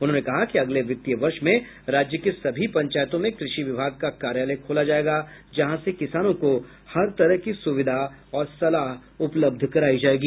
उन्होंने कहा कि अगले वित्तीय वर्ष में राज्य के सभी पंचायतों में कृषि विभाग का कार्यालय खोला जाएगा जहां से किसानों को हर तरह की सुविधा और सलाह उपलब्ध कराई जाएगी